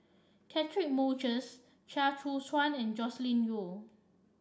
Catchick Moses Chia Choo Suan and Joscelin Yeo